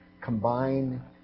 combine